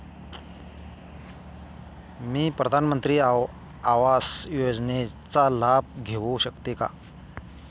मी प्रधानमंत्री आवास योजनेचा लाभ घेऊ शकते का?